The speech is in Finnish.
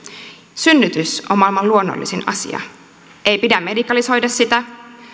synnytys on maailman luonnollisin asia ei pidä medikalisoida sitä